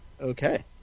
Okay